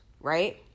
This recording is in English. right